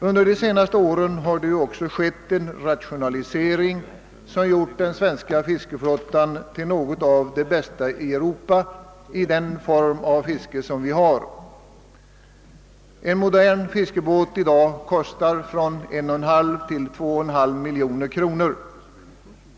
Under de senaste åren har det ju också skett en rationalisering som gjort den svenska fiskeflottan till något av det bästa i Europa, i den form av fiske som vi har. En modern fiskebåt kostar i dag från 1,5 till 2,5 miljoner kronor.